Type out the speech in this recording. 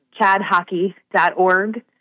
chadhockey.org